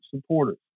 supporters